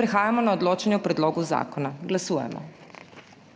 Prehajamo na odločanje o predlogu zakona. Glasujemo.